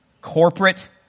Corporate